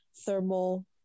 thermal